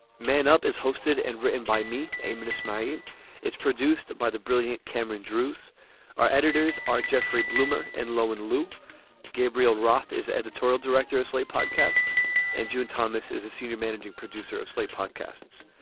man up is hosted and written by me a minute. smite is produced by the brilliant cameron druce our editors are jeffrey bloomer and lo and luke gabriel roth is editorial director of slate podcasts and jude thomas is a senior managing producer of slate podcasts.